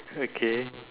okay